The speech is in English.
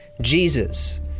Jesus